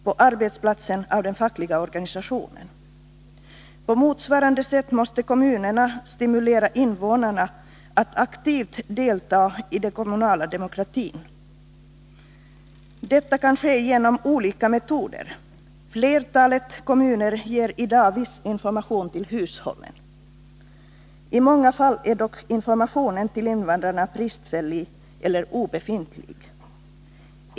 På arbetsplatsen av den fackliga organisationen. På motsvarande sätt måste kommunerna stimulera invånarna att aktivt delta i den kommunala demokratin. Detta kan ske genom olika metoder. Flertalet kommuner ger i dag viss information till hushållen. I många fall är dock informationen till invandrarna bristfällig eller obefintlig.